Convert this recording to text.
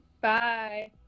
Bye